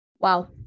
wow